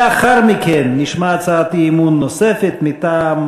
לאחר מכן נשמע הצעת אי-אמון נוספת מטעם